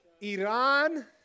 Iran